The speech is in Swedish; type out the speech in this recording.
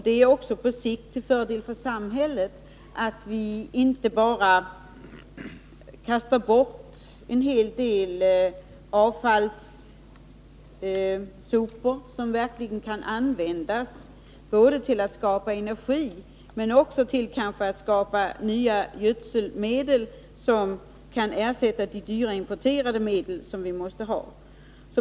Det är på sikt också till fördel för samhället att vi inte bara kastar bort avfall som verkligen kan användas — till att skapa energi och kanske till att skapa nya gödselmedel, som kan ersätta de dyra, importerade medel vi nu måste ha.